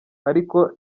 ariko